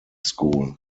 school